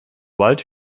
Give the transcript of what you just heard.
bald